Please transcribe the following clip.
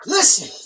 Listen